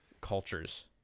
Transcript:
cultures